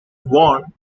born